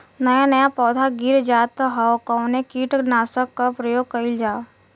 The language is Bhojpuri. नया नया पौधा गिर जात हव कवने कीट नाशक क प्रयोग कइल जाव?